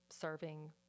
serving